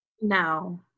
No